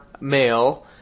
male